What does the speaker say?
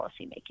policymaking